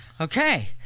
Okay